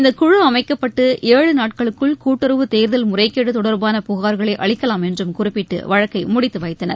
இந்தக் குழு அமைக்கப்பட்டு ஏழு நாட்களுக்குள் கூட்டுறவு தேர்தல் முறைகேடு தொடர்பான புகார்களை அளிக்கலாம் என்றும் குறிப்பிட்டு வழக்கை முடித்து வைத்தனர்